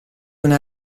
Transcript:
una